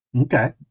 Okay